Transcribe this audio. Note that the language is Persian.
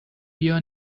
بیا